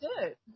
good